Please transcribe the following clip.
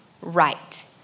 right